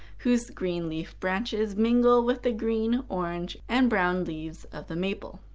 whose green-leafed branches mingle with the green, orange, and brown leaves of the maple.